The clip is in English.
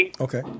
Okay